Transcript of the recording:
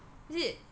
is it